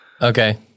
Okay